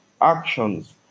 actions